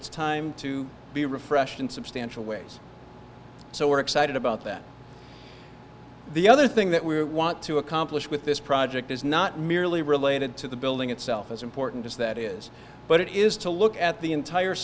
it's time to be refresh and substantial ways so we're excited about that the other thing that we want to accomplish with this project is not merely related to the building itself as important as that is but it is to look at the entire